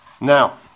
Now